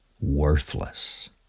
worthless